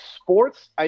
sports